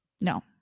no